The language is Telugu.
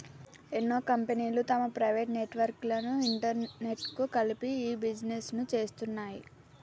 ఎన్నో కంపెనీలు తమ ప్రైవేట్ నెట్వర్క్ లను ఇంటర్నెట్కు కలిపి ఇ బిజినెస్ను చేస్తున్నాయి